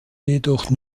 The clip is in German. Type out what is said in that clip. jedoch